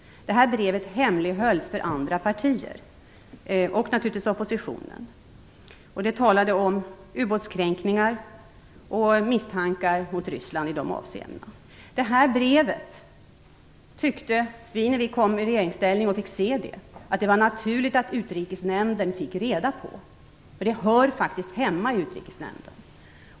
Det brevet hemlighölls för andra partier och naturligtvis för oppositionen. Det handlade om ubåtskränkningar och misstankar mot Ryssland i de avseendena. Det här brevet tyckte vi när vi kom i regeringsställning och fick se det att det var naturligt att Utrikesnämnden fick reda på. Ett sådant brev hör faktiskt hemma i Utrikesnämnden.